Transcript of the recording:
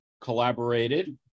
collaborated